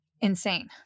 insane